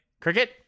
cricket